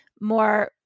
more